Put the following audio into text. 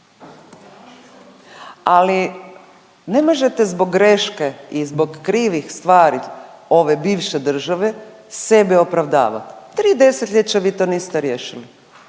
ali ne možete zbog greške i zbog krivih stvari ove bivše države sebe opravdavat. Tri desetljeća vi to niste riješili,